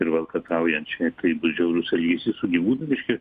ir valkataujančią ir tai bus žiaurus elgesys su gyvūnu reiškia